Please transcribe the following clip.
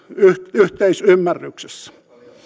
yhteisymmärryksessä